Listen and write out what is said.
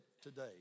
today